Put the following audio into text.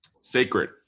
sacred